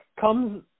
comes